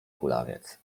kulawiec